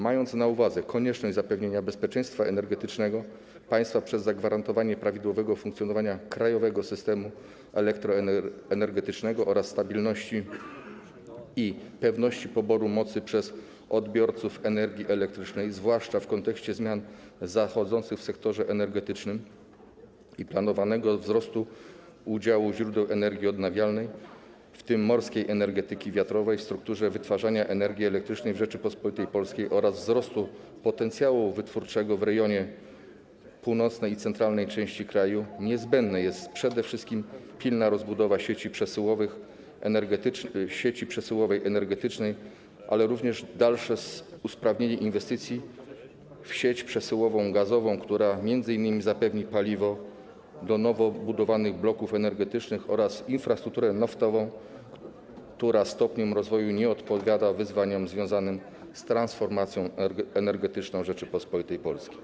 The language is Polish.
Mając na uwadze konieczność zapewnienia bezpieczeństwa energetycznego państwa przez zagwarantowanie prawidłowego funkcjonowania krajowego systemu elektroenergetycznego oraz stabilności i pewności poboru mocy przez odbiorców energii elektrycznej, zwłaszcza w kontekście zmian zachodzących w sektorze energetycznym i planowanego wzrostu udziału źródeł energii odnawialnej, w tym morskiej energetyki wiatrowej w strukturze wytwarzania energii elektrycznej w Rzeczypospolitej Polskiej oraz wzrostu potencjału wytwórczego w rejonie północnej i centralnej części kraju, niezbędne są przede wszystkim pilna rozbudowa sieci przesyłowej energetycznej, jak również dalsze usprawnianie inwestycji w odniesieniu do sieci przesyłowej gazowej, która m.in. zapewni paliwo do nowo budowanych bloków energetycznych, oraz infrastruktury naftowej, która stopniem rozwoju nie odpowiada wyzwaniom związanym z transformacją energetyczną Rzeczypospolitej Polskiej.